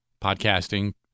podcasting